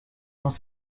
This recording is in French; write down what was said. dans